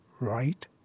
right